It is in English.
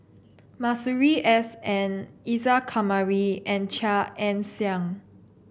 Masuri S N Isa Kamari and Chia Ann Siang